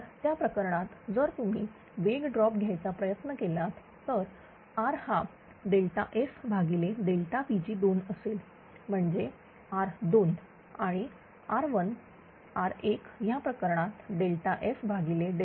तर त्या प्रकरणात जर तुम्ही वेग ड्रॉप घ्यायचा प्रयत्न केलात तर R हाFPg2असेल म्हणजे R2 आणि R1 या प्रकरणात FPg1असेल